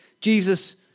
Jesus